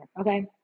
okay